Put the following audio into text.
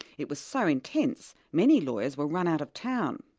it was so intense many lawyers were run out of town.